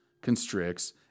constricts